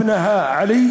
אפשר